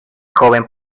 joven